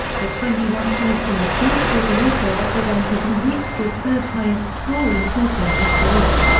the twenty one points in the fourth quarter also represented nowitzki's third-highest scoring quarter of his career.